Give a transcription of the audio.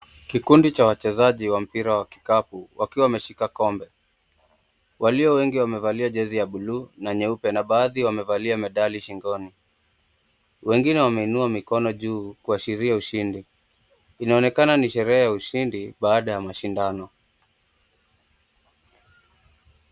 Kikundi cha wachezaji wa mpira wa kikapu wakiwa wameshika kombe, waliowengi wamevalia jezi la blue na nyeupe na baadhi wamevalia medali shingoni. Wengine wameinua mikono juu kuashilia ushindi. Inaonekana ni sherehe ya ushindi baada ya mashindano.